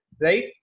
right